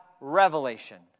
revelation